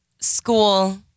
school